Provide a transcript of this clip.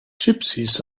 gypsies